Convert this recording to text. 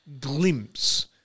glimpse